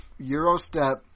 Eurostep